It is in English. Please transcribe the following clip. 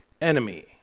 enemy